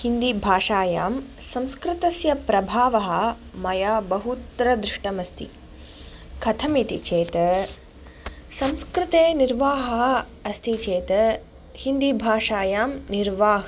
हिन्दीभाषायां संस्कृतस्य प्रभावः मया बहुत्र दृष्टमस्ति कथम् इति चेत् संस्कृते निर्वाहः अस्ति चेत् हिन्दीभाषायांं निर्वाह्